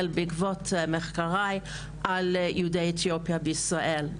בעקבות מחקריי על יהודי אתיופיה בישראל.